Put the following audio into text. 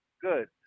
good